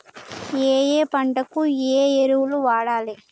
ఏయే పంటకు ఏ ఎరువులు వాడాలి?